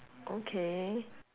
okay